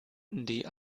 die